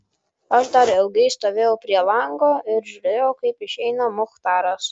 aš dar ilgai stovėjau prie lango ir žiūrėjau kaip išeina muchtaras